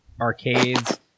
arcades